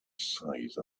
size